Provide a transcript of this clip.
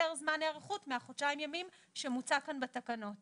זמן היערכות מהחודשיים ימים שמוצע כאן בתקנות.